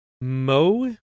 Mo